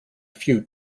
few